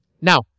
now